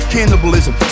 Cannibalism